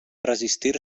resistir